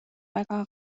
väga